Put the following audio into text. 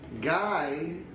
guy